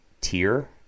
tier